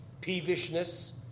peevishness